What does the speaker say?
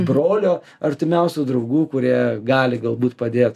brolio artimiausių draugų kurie gali galbūt padėt